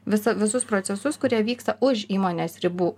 visą visus procesus kurie vyksta už įmonės ribų